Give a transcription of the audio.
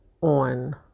on